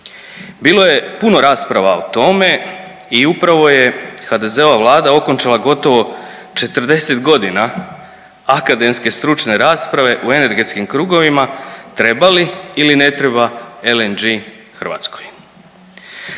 Bilo je puno rasprava o tome i upravo je HDZ-ova Vlada okončala gotovo 40.g. akademske stručne rasprave u energetskim krugovima treba li ili ne treba LNG Hrvatskoj.